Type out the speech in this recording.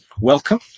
welcome